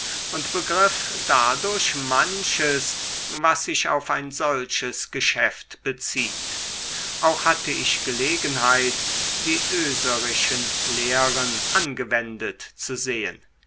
und begriff dadurch manches was sich auf ein solches geschäft bezieht auch hatte ich gelegenheit die oeserischen lehren angewendet zu sehn